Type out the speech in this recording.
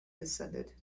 descended